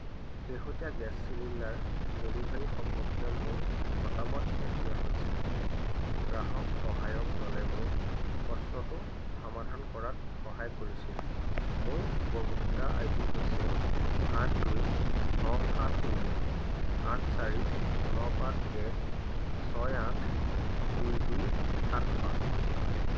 শেহতীয়া gas cylinder delivery সম্পৰ্কে মোৰ মতামত ইয়াত দিয়া হৈছে গ্ৰাহক সহায়ক দলে মোৰ প্ৰশ্নটো সামাধান কৰাত সহায় কৰিছিল মোৰ উপভোক্তা আই ডি হৈছে আঠ দুই ন সাত শূন্য আঠ চাৰি ন পাঁচ এক ছয় আঠ দুই দুই সাত পাঁচ